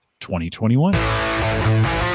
2021